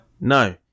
No